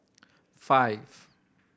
five